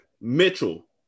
Mitchell